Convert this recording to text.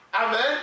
Amen